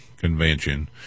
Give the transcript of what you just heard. convention